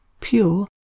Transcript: pure